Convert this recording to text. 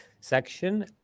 section